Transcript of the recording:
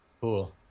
cool